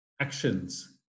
actions